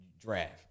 draft